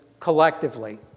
Collectively